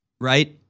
right